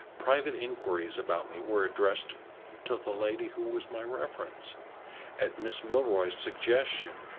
private inquiries about me were addressed to the lady who was my reference at miss milroy's suggestion,